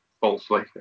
falsely